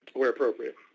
where appropriate.